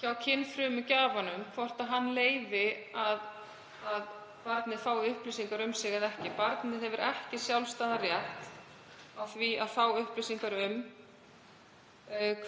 hjá kynfrumugjafanum, hvort hann leyfi að barnið fái upplýsingar um sig eða ekki. Barnið hefur ekki sjálfstæðan rétt á því að fá upplýsingar um